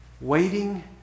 waiting